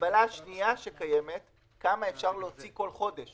המגבלה השנייה שקיימת היא כמה אפשר להוציא כל חודש